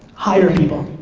hire people.